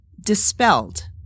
Dispelled